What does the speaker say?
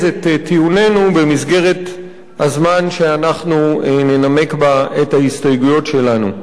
את טיעונינו במסגרת הזמן שאנחנו ננמק בה את ההסתייגות שלנו.